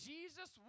Jesus